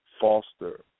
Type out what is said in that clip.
foster